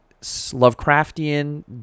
Lovecraftian